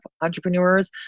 entrepreneurs